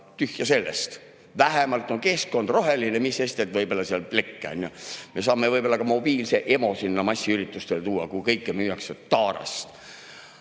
tühja sellest. Vähemalt keskkond on roheline, mis sest et võib-olla seal plekke on. Me saame võib-olla ka mobiilse EMO sinna massiüritustele tuua, kui kõike müüakse taaras.